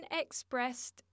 expressed